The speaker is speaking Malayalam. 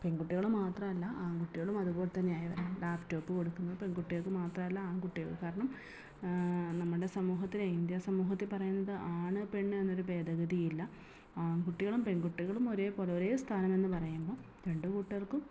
പെൺകുട്ടികൾ മാത്രമല്ല ആൺകുട്ടികളും അതേപോലെ തന്നെ ലാപ്പ് ടോപ്പ് കൊടുക്കുന്നത് പെൺകുട്ടികൾക്ക് മാത്രമല്ല ആൺകുട്ടികൾ കാരണം നമ്മുടെ സമൂഹത്തിൽ ഇന്ത്യാ സമൂഹത്തിൽ പറയുന്നത് ആണ് പെണ്ണ് എന്നൊരു ഭേദഗതിയില്ല ആൺകുട്ടികളും പെൺകുട്ടികളും ഒരേപോലെ ഒരേ സ്ഥാനമെന്ന് പറയുമ്പോൾ രണ്ട് കൂട്ടർക്കും